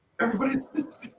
everybody's